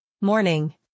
morning